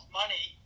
money